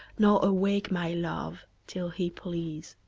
nor awake my love, till he please.